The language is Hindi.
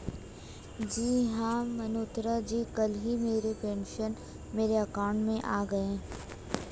जी हां मल्होत्रा जी कल ही मेरे पेंशन मेरे अकाउंट में आ गए